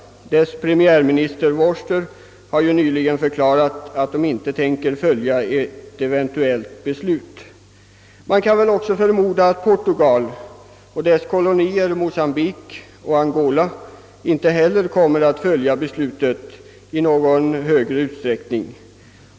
Premiärministern Vorster har ju nyligen förklarat att man inte tänker följa ett eventuellt sanktionsbeslut i FN:s säkerhetsråd. Man kan väl också förmoda att inte heller Portugal och dess kolonier Mocambique och Angola i nämnvärd utsträckning kommer att följa det väntade beslutet.